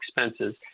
expenses